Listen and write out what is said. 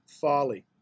folly